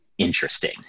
interesting